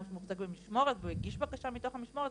שמוחזק במשמורת והוא הגיש בקשה מתוך המשמורת,